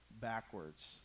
backwards